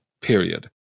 period